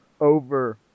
Over